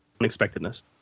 unexpectedness